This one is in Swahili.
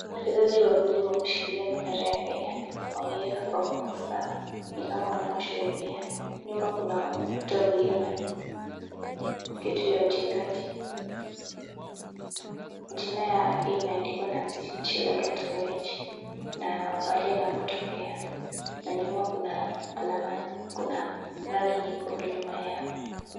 Wachezaji wawili wameshikilia bendera ya Kenya, wameiweka kwa mgongo zao, ni kama wanawasherehekea, nyuma kuna ukuta ulio na kitu ya uchezaji, jina yake imeandikwa Nancy Chelagat Koech, na pahali anapotokea, na nyuma kuna alama, kuna rangi nyekundu nyuma yao.